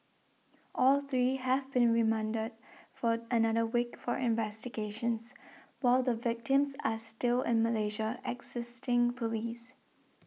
all three have been remanded for another week for investigations while the victims are still in Malaysia assisting police